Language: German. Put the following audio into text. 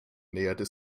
näherte